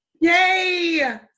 Yay